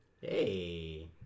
Hey